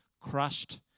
Crushed